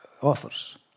authors